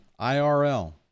IRL